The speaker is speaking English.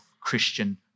Christian